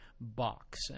box